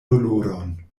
doloron